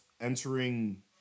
entering